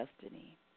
destiny